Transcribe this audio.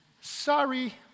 sorry